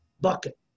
bucket